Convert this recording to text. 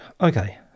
okay